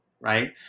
right